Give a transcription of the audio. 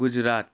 Gujarat